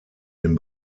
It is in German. den